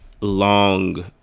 long